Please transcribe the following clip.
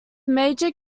major